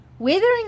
weathering